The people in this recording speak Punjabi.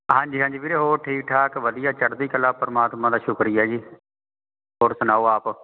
ਹਾਂਜੀ ਹਾਂਜੀ ਵੀਰੇ ਹੋਰ ਠੀਕ ਠਾਕ ਵਧੀਆ ਚੜ੍ਹਦੀ ਕਲਾ ਪਰਮਾਤਮਾ ਦਾ ਸ਼ੁਕਰੀਆ ਜੀ ਹੋਰ ਸੁਣਾਓ ਆਪ